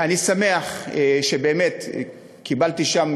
אני שמח שבאמת קיבלתי שם